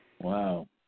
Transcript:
Wow